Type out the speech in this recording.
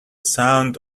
sound